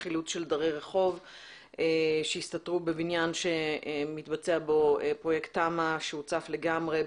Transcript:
חילוץ של דרי רחוב שהסתתרו בבניין שמתבצע בו פרויקט תמ"א שהוצף לגמרי,